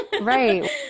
right